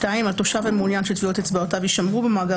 2) על תושב המעוניין שטביעות אצבעותיו יישמרו במאגר